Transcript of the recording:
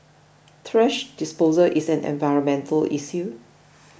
thrash disposal is an environmental issue